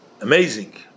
amazing